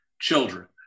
children